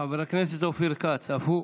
חבר הכנסת אופיר כץ, אף הוא,